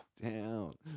down